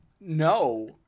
No